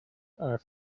are